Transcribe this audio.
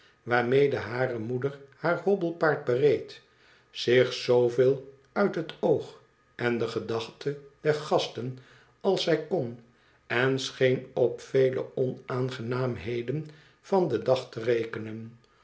waarmede hare moeder haar hobbelpaard bereed zich zooveel uit het oog en de gedachte der gasten als zij kon en scheen op vele onaangenaamheden van den dag te rekenen